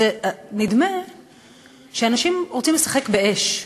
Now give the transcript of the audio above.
נדמה שאנשים רוצים לשחק באש,